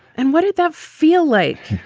and what did that feel like?